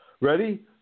Ready